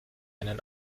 einen